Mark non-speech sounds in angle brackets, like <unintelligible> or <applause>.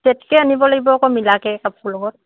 <unintelligible> আনিব লাগিব আকৌ মিলাকৈ কাপোৰ লগত